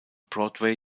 broadway